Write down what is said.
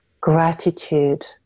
gratitude